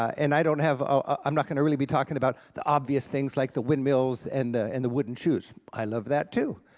and i don't have ah i'm not going to really be talking about the obvious things like the windmills and and the wooden shoes, i love that too.